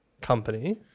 company